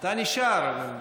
אתה נשאר, אבל,